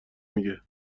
میگه